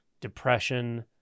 depression